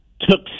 took